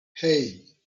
hey